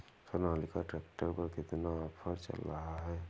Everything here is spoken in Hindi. सोनालिका ट्रैक्टर पर कितना ऑफर चल रहा है?